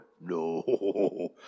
No